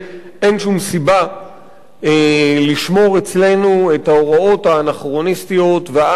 אין שום סיבה לשמור אצלנו את ההוראות האנכרוניסטיות והאנטי,